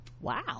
wow